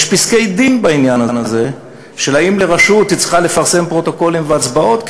יש פסקי-דין בעניין הזה של האם רשות צריכה לפרסם פרוטוקולים והצבעות,